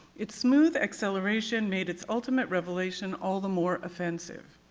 it's smooth acceleration made its ultimate revelation all the more offensive.